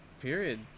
period